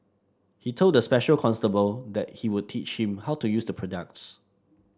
he told the special constable that he would teach him how to use the products